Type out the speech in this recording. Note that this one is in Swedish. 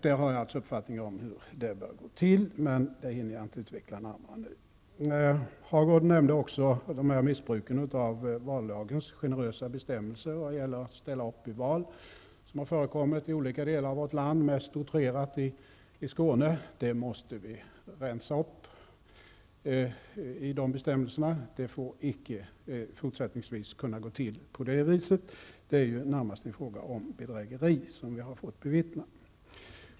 Jag har alltså uppfattningar om hur det bör gå till, men det hinner jag inte nu utveckla närmare. Birger Hagård nämnde också missbruken av vallagens generösa bestämmelser vad gäller att ställa upp i val, vilket har förekommit i olika delar av vårt land, mest utrerat i Skåne. Vi måste rensa upp i dessa bestämmelser. Det får icke fortsättningsvis kunna gå till på det sättet. Det vi har fått bevittna är ju närmast en fråga om bedrägeri.